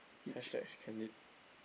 hashtag candid